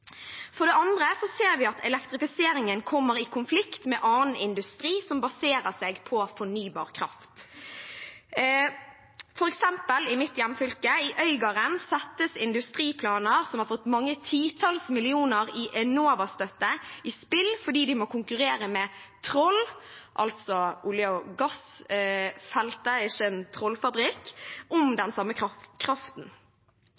For det andre ser vi at elektrifiseringen kommer i konflikt med annen industri som baserer seg på fornybar kraft. For eksempel i Øygarden i mitt hjemfylke settes industriplaner som har fått mange titalls millioner i Enovas-støtte, i spill fordi de må konkurrere med Troll – altså olje- og gassfeltet, ikke en trollfabrikk – om